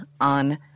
on